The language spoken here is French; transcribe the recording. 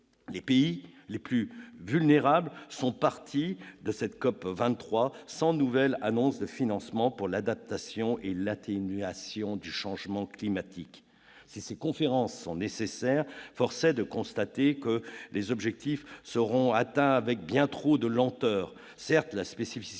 Les pays les plus vulnérables sont partis de cette conférence sans nouvelle annonce de financements pour l'adaptation et l'atténuation du changement climatique. Si ces conférences sont nécessaires, force est de constater que les objectifs seront atteints bien trop lentement.